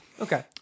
Okay